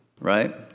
right